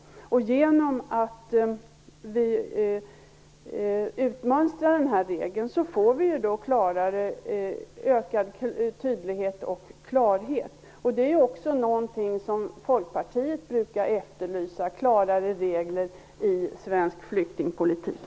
Genom att utmönstra den här regeln får vi ökad tydlighet och klarhet. Folkpartiet brukar efterlysa just klarare regler i svensk flyktingpolitik.